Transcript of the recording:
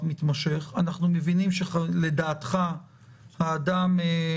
אז אני מבקש לציין בפרוטוקול שהרשמתי בתחילת